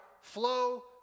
flow